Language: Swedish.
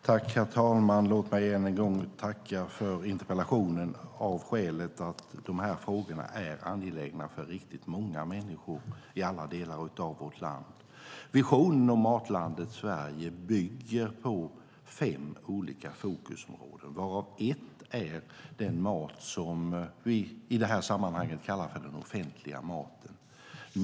Herr talman! Låt mig än en gång tacka för interpellationen av skälet att de här frågorna är angelägna för riktigt många människor i alla delar av vårt land. Visionen om Matlandet Sverige bygger på fem olika fokusområden, varav ett är den mat som vi i det här sammanhanget kallar för den offentliga maten.